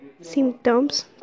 symptoms